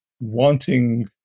wanting